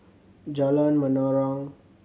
Jalan Menarong